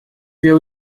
ver